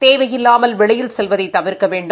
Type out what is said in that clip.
தேவையில்லாமல் வெளியில் செல்வதை தவிர்க்க வேண்டும்